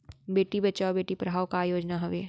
बेटी बचाओ बेटी पढ़ाओ का योजना हवे?